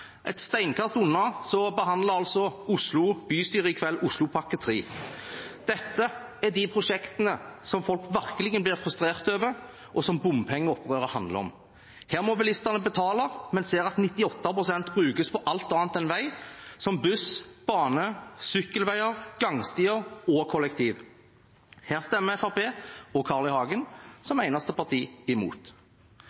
et steinkast unna behandler Oslo bystyre i kveld Oslopakke 3. Dette er av de prosjektene folk virkelig blir frustrert over, og som bompengeopprøret handler om. Her må bilistene betale, men ser at 98 pst. brukes på alt annet enn vei – som buss, bane, sykkelveier, gangstier og kollektiv. Her stemmer Fremskrittspartiet og Carl I. Hagen imot – som